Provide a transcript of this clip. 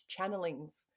channelings